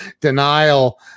denial